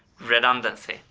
redundancy.